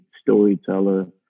storyteller